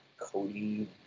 Cody